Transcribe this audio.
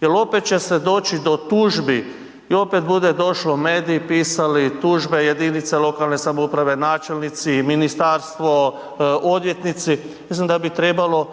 jel opet će se doći do tužbi i opet bude došlo, mediji pisali, tužbe jedinica lokalne samouprave, načelnici i ministarstvo, odvjetnici, mislim da bi trebalo